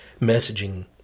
messaging